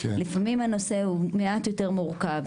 לפעמים הנושא הוא מעט יותר מורכב,